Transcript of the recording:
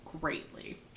greatly